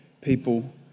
people